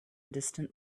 distant